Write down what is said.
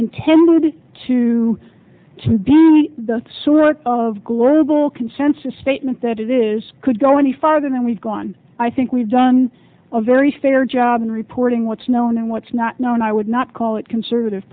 intended to be the sort of global consensus statement that it is could go any farther than we've gone i think we've done a very fair job of reporting what's known and what's not known i would not call it conservative